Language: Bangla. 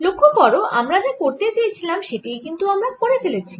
লক্ষ্য করো আমরা যা করতে চেয়েছিলাম সেটিই কিন্তু আমরা করে ফেলেছি